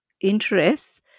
interest